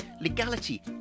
legality